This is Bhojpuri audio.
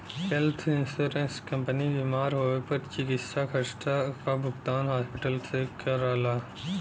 हेल्थ इंश्योरेंस कंपनी बीमार होए पर चिकित्सा खर्चा क भुगतान हॉस्पिटल के करला